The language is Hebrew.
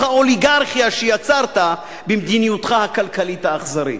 האוליגרכיה שיצרת במדיניותך הכלכלית האכזרית.